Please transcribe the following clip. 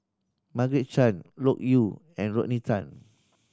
Margaret Chan Loke Yew and Rodney Tan